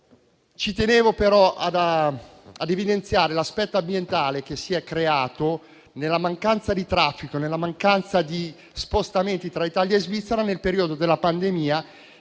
Tenevo però ad evidenziare l'aspetto ambientale che si è determinato con la mancanza di traffico e di spostamenti tra Italia e Svizzera nel periodo della pandemia,